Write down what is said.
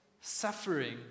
suffering